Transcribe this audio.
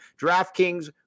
DraftKings